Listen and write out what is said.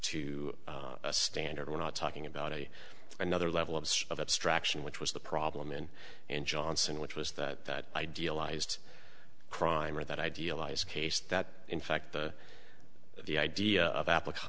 to a standard we're not talking about a another level of state of abstraction which was the problem in and johnson which was that that idealized crime or that idealized case that in fact the the idea of appli